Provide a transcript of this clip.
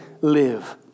live